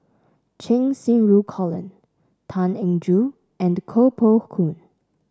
Cheng Xinru Colin Tan Eng Joo and Koh Poh Koon